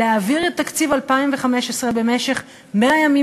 להעביר את תקציב 2015 במשך 100 ימים